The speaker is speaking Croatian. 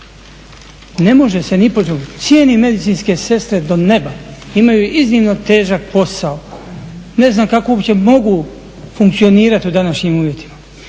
neusporedivo. Cijenim medicinske sestre do neba, imaju iznimno težak posao. Ne znam kako uopće mogu funkcionirati u današnjim uvjetima.